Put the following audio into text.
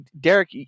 derek